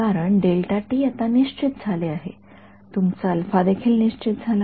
तर आता निश्चित झाले आहे तुमचा देखील निश्चित झाला